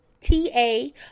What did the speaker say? T-A